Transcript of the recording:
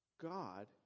God